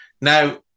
Now